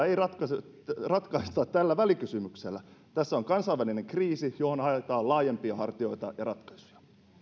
ei ratkaista tällä välikysymyksellä tässä on kansainvälinen kriisi johon haetaan laajempia hartioita ja ratkaisuja